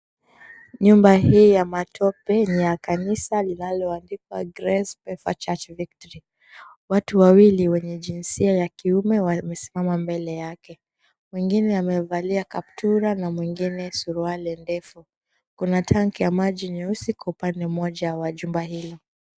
Nyumba hii ya matope ni ya kanisa linaloandikwa, Grace Pefa Church Ministry. Watu wawili wenye jinsia ya kiume wamesimama mbele yake, mwengine amevalia kaptura na mwengine suruali ndefu kuna tank moja jeusi kwa upande mmoja wa jumba hili.